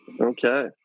Okay